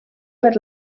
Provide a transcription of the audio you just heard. per